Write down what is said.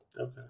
Okay